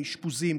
אשפוזים,